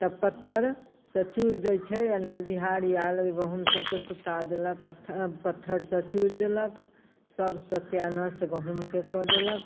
तब पत्थरसँ चूरि दय छै अँहर बिहरि आएल ओहि गहुँम सबके सुता देलक पत्थरसँ चूरि देलक सब सत्यानाश गहुँमके कऽ देलक